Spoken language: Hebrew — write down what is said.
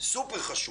סופר חשוב,